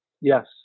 yes